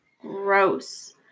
Gross